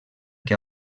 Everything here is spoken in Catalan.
que